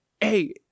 Hey